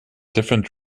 different